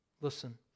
Listen